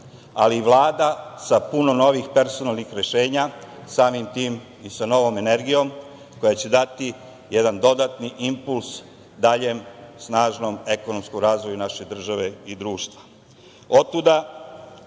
ali i Vlada sa puno novih personalnih rešenja, samim tim i sa novom energijom, koja će dati jedan dodatni impuls daljem snažnom ekonomskom razvoju naše države i društva. Otuda